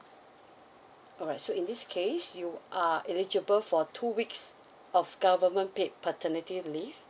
alright so in this case you are eligible for two weeks of government paid paternity leave